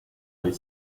aller